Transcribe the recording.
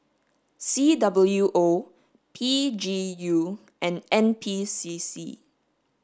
C W O P G U and N P C C